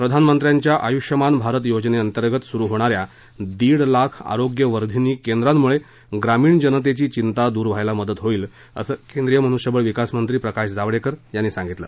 प्रधानमंत्र्यांच्या आयुष्यमान भारत योजनेअंतर्गत सुरु होणा या दीड लाख आरोग्य वार्धिनी केंद्रांमुळे ग्रामीण जनतेची चिंता दूर व्हायला मदत होईल असं केंद्रीय मनुष्यबळ विकासमंत्री प्रकाश जावडेकर यांनी सांगितलं